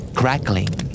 crackling